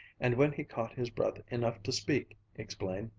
and when he caught his breath enough to speak, explained,